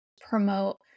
promote